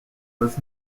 was